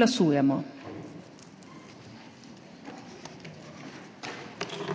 Glasujemo.